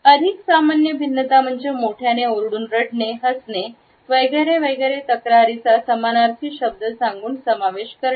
अधिक सामान्य भिन्नता म्हणजे मोठ्याने ओरडून रडणे हसणे वगैरे वगैरे तक्रारींचा समानार्थी शब्द सांगून समावेश करणे